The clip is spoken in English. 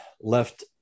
left